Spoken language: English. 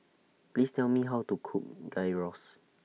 Please Tell Me How to Cook Gyros